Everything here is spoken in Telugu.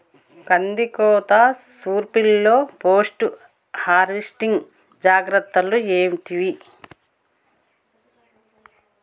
కందికోత నుర్పిల్లలో పోస్ట్ హార్వెస్టింగ్ జాగ్రత్తలు ఏంటివి?